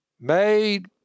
made